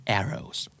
arrows